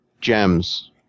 gems